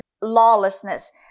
lawlessness